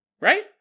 Right